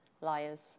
liars